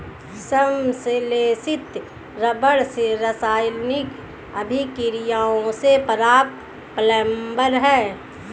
संश्लेषित रबर रासायनिक अभिक्रियाओं से प्राप्त पॉलिमर है